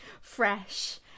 fresh